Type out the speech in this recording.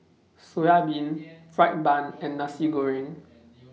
Soya Milk Fried Bun and Nasi Goreng